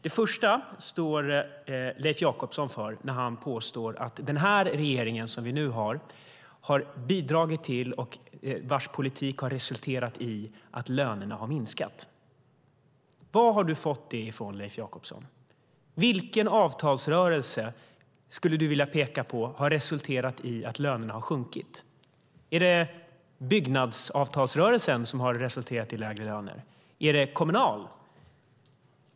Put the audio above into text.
Det första står Leif Jakobsson för när han påstår att den regering som vi har nu har bidragit till och vars politik har resulterat i att lönerna har minskat. Var har du fått det ifrån, Leif Jakobsson? Vilken avtalsrörelse skulle du vilja peka på har resulterat i att lönerna har sjunkit? Är det byggnadsavtalsrörelsen som har resulterat i lägre löner? Är det Kommunal?